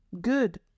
good